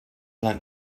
like